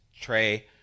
tray